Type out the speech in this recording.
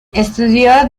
estudió